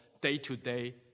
day-to-day